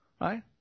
Right